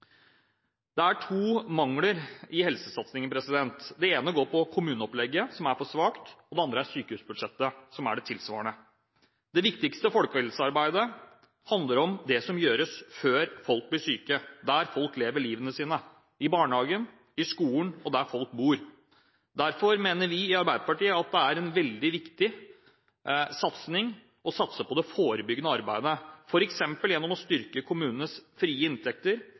Det er to mangler i helsesatsingen. Den ene går på kommuneopplegget, som er for svakt, og den andre er sykehusbudsjettet, som er tilsvarende svakt. Det viktigste folkehelsearbeidet handler om det som gjøres før folk blir syke, der folk lever livene sine: i barnehagen, i skolen og der folk bor. Derfor mener vi i Arbeiderpartiet at det er veldig viktig å satse på det forebyggende arbeidet, f.eks. gjennom å styrke kommunenes frie inntekter